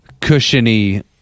cushiony